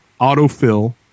autofill